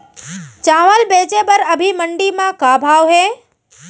चांवल बेचे बर अभी मंडी म का भाव हे?